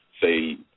say